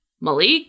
Malik